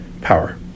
power